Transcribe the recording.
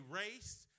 race